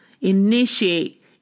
initiate